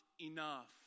enough